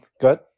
good